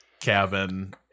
cabin